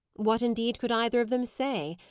what, indeed, could either of them say?